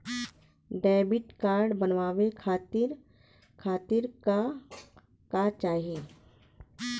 Debit card बनवावे खातिर का का चाही?